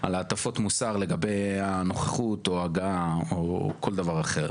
על הטפות מוסר לגבי הנוכחות או ההגעה או כל דבר אחר.